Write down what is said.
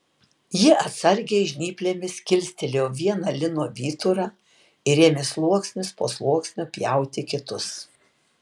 ji atsargiai žnyplėmis kilstelėjo vieną lino vyturą ir ėmė sluoksnis po sluoksnio pjauti kitus